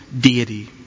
deity